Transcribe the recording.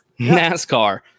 NASCAR